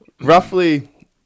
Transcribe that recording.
roughly